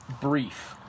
brief